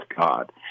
God